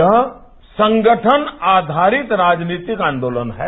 यह संगठन आधारित राजनीतिक आंदोलन है